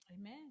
amen